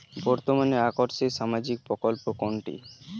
বর্তমানে আকর্ষনিয় সামাজিক প্রকল্প কোনটি?